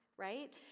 right